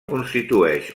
constitueix